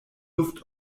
luft